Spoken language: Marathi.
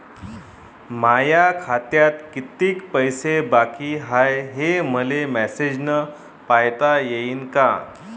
माया खात्यात कितीक पैसे बाकी हाय, हे मले मॅसेजन पायता येईन का?